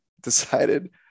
decided